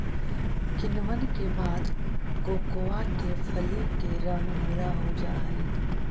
किण्वन के बाद कोकोआ के फली के रंग भुरा हो जा हई